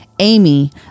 Amy